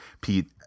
pete